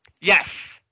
Yes